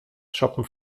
shoppen